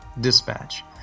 Dispatch